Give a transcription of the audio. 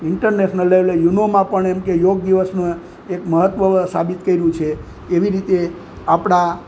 international લેવલે યુનોમાં પણ એમ કે યોગ દિવસને એક મહત્ત્વ સાબિત કર્યું છે એવી જ રીતે આપણા